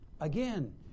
again